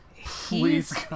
Please